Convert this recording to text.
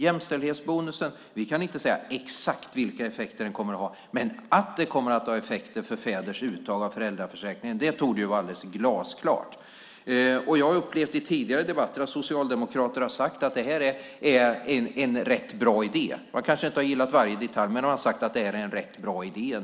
Vi kan inte säga exakt vilka effekter jämställdhetsbonusen kommer att ha, men att den kommer att ha effekter för fäders uttag av föräldraförsäkringen torde vara alldeles glasklart. Jag har i tidigare debatter upplevt att socialdemokrater har sagt att det här är en rätt bra idé. Man kanske inte har gillat varje detalj men har sagt att det ändå är en rätt bra idé.